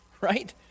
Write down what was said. right